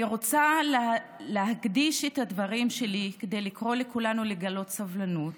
אני רוצה להקדיש את הדברים שלי כדי לקרוא לכולנו לגלות סובלנות,